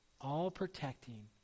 all-protecting